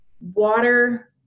water